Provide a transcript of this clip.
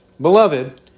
Beloved